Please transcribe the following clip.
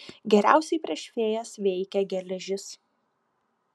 geriausiai prieš fėjas veikia geležis